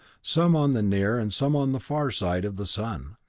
some on the near and some on the far side of the sun.